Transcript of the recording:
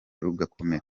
rugakomera